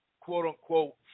quote-unquote